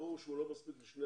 ברור שהוא לא מספיק לשני